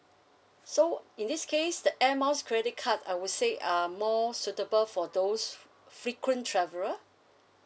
so in this case the air miles credit card I would say are more suitable for those frequent traveller